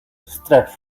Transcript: stretched